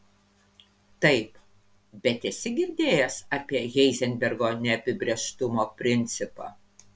taip bet esi girdėjęs apie heizenbergo neapibrėžtumo principą